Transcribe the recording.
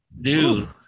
dude